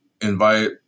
invite